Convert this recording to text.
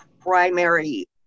primary